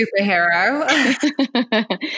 superhero